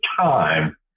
time